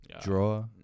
Draw